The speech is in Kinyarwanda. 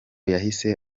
yahise